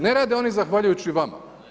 Ne rade oni zahvaljujući vama.